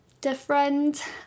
different